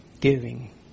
giving